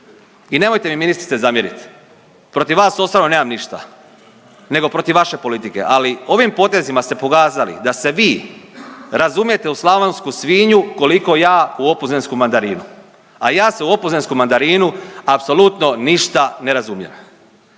I nemojte mi ministrice zamjeriti. Protiv vas osobno nemam ništa, nego protiv vaše politike. Ali ovim potezima ste pokazali da se vi razumijete u slavonsku svinju koliko ja u opuzensku mandarinu, a ja se u opuzensku mandarinu apsolutno ništa ne razumijem.